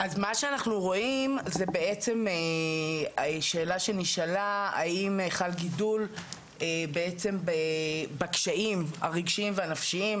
מה שאנחנו רואים זה שאלה שנשאלה האם חל גידול בקשיים הרגשיים והנפשיים,